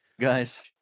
guys